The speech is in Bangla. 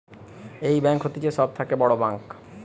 এই ব্যাঙ্ক হতিছে সব থাকে বড় ব্যাঙ্ক